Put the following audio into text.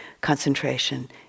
concentration